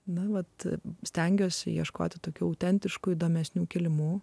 nuolat stengiuosi ieškoti tokių autentiškų įdomesnių kilimu